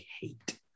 hate